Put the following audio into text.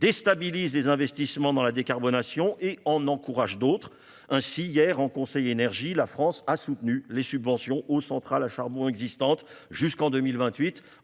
déstabilise les investissements dans la décarbonation et en encourage d'autres : ainsi, hier, en Conseil des ministres européens de l'énergie, la France a soutenu la prorogation des subventions aux centrales à charbon existantes jusqu'en 2028-